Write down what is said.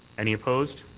any opposed?